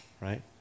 right